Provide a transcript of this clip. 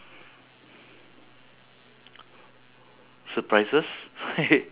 definitely there's something he did you will never forget [one] [what]